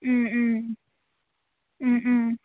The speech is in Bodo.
उम उम उम उम